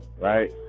right